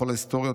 בכל ההיסטוריות,